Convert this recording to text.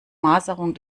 maserung